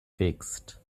fixed